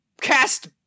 cast